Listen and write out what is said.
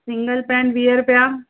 single pen वीह रुपया